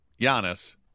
Giannis